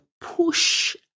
push